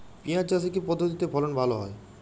পিঁয়াজ চাষে কি পদ্ধতিতে ফলন ভালো হয়?